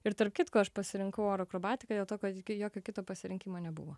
ir tarp kitko aš pasirinkau oro akrobatiką dėl to kad jokio kito pasirinkimo nebuvo